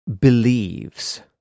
believes